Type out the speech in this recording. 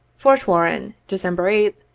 fort warren, december eighth,